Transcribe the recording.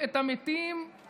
מתי אני עולה